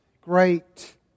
great